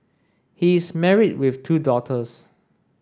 he is married with two daughters